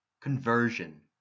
conversion